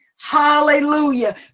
Hallelujah